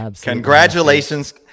Congratulations